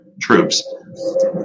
troops